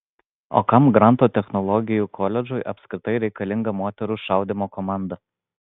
o kam granto technologijų koledžui apskritai reikalinga moterų šaudymo komanda